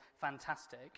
fantastic